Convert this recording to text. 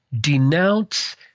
denounce